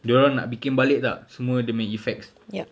dorang nak bikin balik tak semua dia punya effects